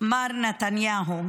מר נתניהו: